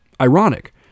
ironic